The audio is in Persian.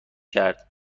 کرد